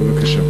בבקשה.